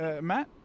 Matt